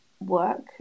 work